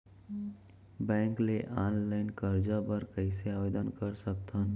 Bank ले online करजा बर कइसे आवेदन कर सकथन?